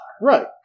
Right